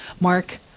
Mark